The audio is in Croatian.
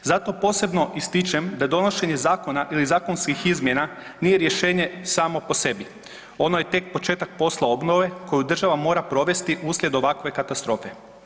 Zato posebno ističem da donošenje zakona ili zakonskih izmjena nije rješenje samo po sebi ono je tek početak posla obnove koju država mora provesti uslijed ovakve katastrofe.